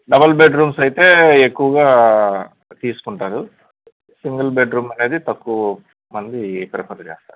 double bedroom సయితే ఎక్కువగా తీసుకుంటారు సింగిల్ బెడ్రూమ్ అనేది తక్కువ మంది ప్రిఫర్ చేస్తారు